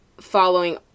Following